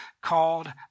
called